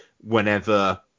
whenever